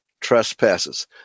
trespasses